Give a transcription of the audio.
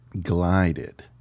glided